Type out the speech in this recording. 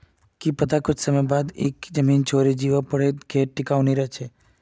की पता कुछ समय बाद तोक ई जमीन छोडे जीवा पोरे तब खेती टिकाऊ नी रह छे